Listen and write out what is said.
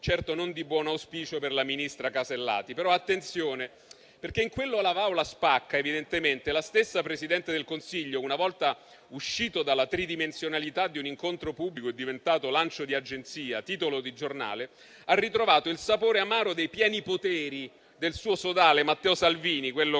certo non di buon auspicio per il ministro Alberti Casellati. Attenzione, però, perché in quel "o la va o la spacca", evidentemente, lo stesso Presidente del Consiglio, una volta uscito dalla tridimensionalità di un incontro pubblico e diventato lancio di agenzia e titolo di giornale, ha ritrovato il sapore amaro dei pieni poteri del suo sodale, Matteo Salvini, quello